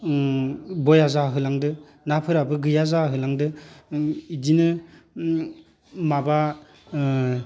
उम बया जाहोलांदो नाफोराबो गैया जाहोलांदो इदिनो उम माबा ओ